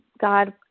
god